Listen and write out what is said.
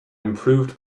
improved